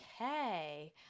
okay